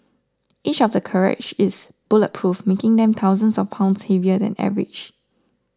each of the carriages is bulletproof making them thousands of pounds heavier than average